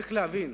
צריך להבין